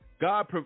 God